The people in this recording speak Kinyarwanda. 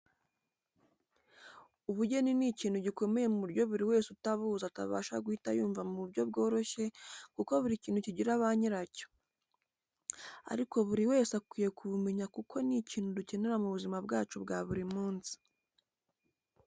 Ubugeni ni ikintu gikomeye mu buryo buri wese utabuzi atabasha guhita yumva mu buryo byoroshye kuko buri kintu kigira ba nyiracyo. Ariko buri wese akwiye kubumenya kuko ni ikintu dukenera mu buzima bwacu bwa buri munsi.